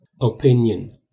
Opinion